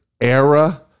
era